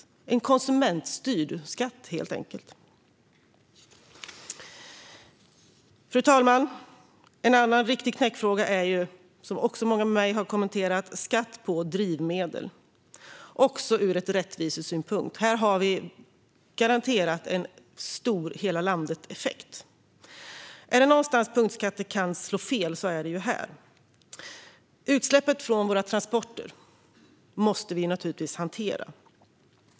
Det är helt enkelt en konsumentstyrd skatt. Fru talman! En annan riktig knäckfråga, som många med mig har kommenterat, är skatt på drivmedel. Det är den också sett ur rättvisesynpunkt. Här har vi garanterat en stor hela-landet-effekt. Är det någonstans punktskatter kan slå fel är det här. Vi måste naturligtvis hantera utsläppet från våra transporter.